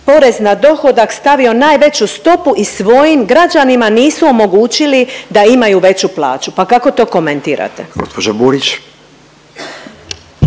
porez na dohodak stavio najveću stopu i svojim građanima nisu omogućili da imaju veću plaću, pa kako to komentirate.